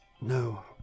No